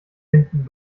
hinten